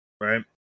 Right